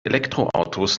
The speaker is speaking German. elektroautos